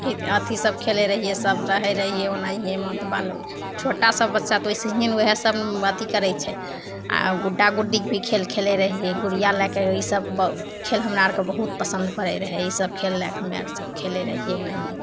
अथी सब खेलै रहिए सभ रहै रहिए ओनाहिए मतलब छोटा सभ बच्चा वइसेहिए ने वएहसब ने अथी करै छै आए गुड्डा गुड्डीके भी खेल खेलै रहिए गुड़िआ लैके ई सब ब खेल हमरा आओरके बहुत पसन्द पड़ै रहै ईसब खेल लैके हमे आओर ईसब खेलै रहिए एनाहि